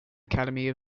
academy